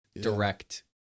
direct